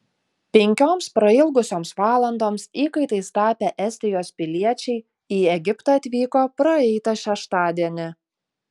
penkioms prailgusioms valandoms įkaitais tapę estijos piliečiai į egiptą atvyko praeitą šeštadienį